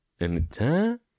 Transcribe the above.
anytime